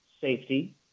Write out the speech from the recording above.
safety